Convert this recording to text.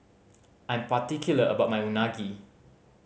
I'm particular about my Unagi